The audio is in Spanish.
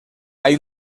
hay